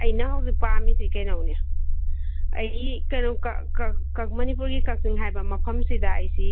ꯑꯩꯅ ꯍꯧꯖꯤꯛ ꯄꯥꯝꯃꯤꯁꯦ ꯀꯩꯅꯣꯅꯦ ꯑꯩ ꯀꯩꯅꯣꯝ ꯃꯅꯤꯄꯨꯔꯒꯤ ꯀꯛꯆꯤꯡ ꯍꯥꯏꯕ ꯃꯐꯝ ꯁꯤꯗ ꯑꯩꯁꯤ